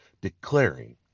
declaring